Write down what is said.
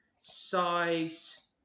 size